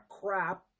crap